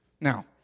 Now